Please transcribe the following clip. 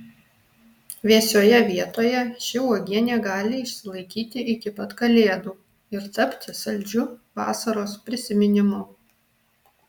vėsioje vietoje ši uogienė gali išsilaikyti iki pat kalėdų ir tapti saldžiu vasaros prisiminimu